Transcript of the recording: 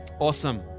Awesome